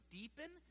deepen